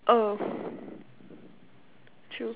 oh true